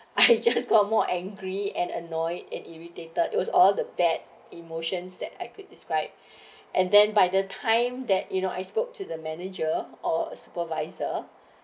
I just got more angry and annoyed and irritated it was all the bad emotions that I could describe and then by the time that you know I spoke to the manager or supervisor